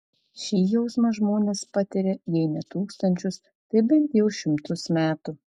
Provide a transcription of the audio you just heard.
šį jausmą žmonės patiria jei ne tūkstančius tai bent jau šimtus metų